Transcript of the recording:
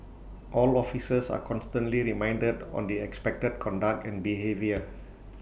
all officers are constantly reminded on the expected conduct and behaviour